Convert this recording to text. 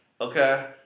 Okay